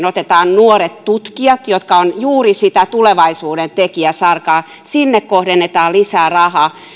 otetaan nuoret tutkijat jotka ovat juuri sitä tulevaisuuden tekijäsarkaa sinne kohdennetaan lisää rahaa